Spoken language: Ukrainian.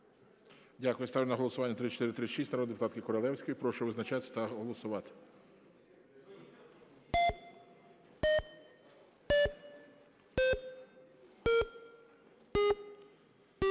Дякую. Ставлю на голосування 3436 народної депутатки Королевської. Прошу визначатися та голосувати.